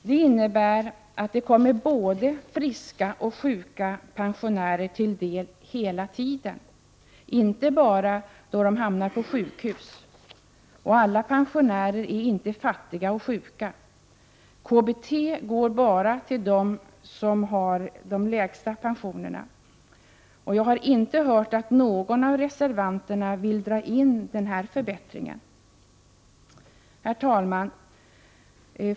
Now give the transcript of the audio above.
Det innebär att det kommer både friska och sjuka pensionärer till del hela tiden, inte bara då de hamnar på sjukhus. Alla pensionärer är inte fattiga och sjuka. KBT går bara till dem som har de lägsta pensionerna, och jag har inte hört att någon av reservanterna vill dra in den förbättringen. Herr talman!